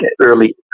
early